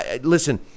Listen